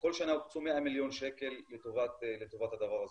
כל שנה הוקצו 100 מיליון שקל לטובת הדבר הזה.